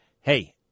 Hey